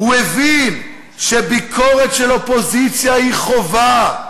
הוא הבין שביקורת של אופוזיציה היא חובה,